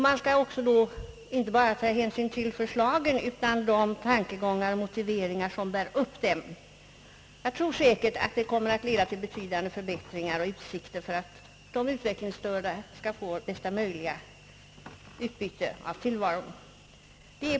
Man skall då inte bara ta hänsyn till förslagen utan till de tankegångar och motiveringar som bär upp dem. Jag tror säkert att propositionen kommer att leda till betydande förbättringar och utsikter för de utvecklingsstörda att få bästa möjliga utbyte av tillvaron.